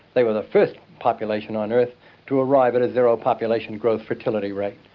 they were the first population on earth to arrive at a zero population growth fertility rate,